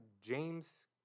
James